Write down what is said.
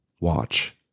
watch